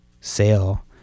sale